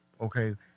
okay